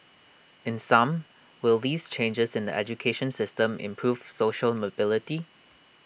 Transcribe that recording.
in sum will these changes in the education system improve social mobility